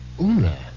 Una